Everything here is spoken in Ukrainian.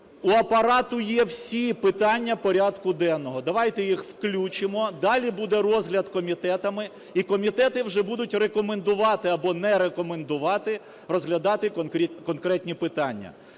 У Апарату є всі питання порядку денного, давайте їх включимо. Далі буде розгляд комітетами і комітети вже будуть рекомендувати або не рекомендувати розглядати конкретні питання.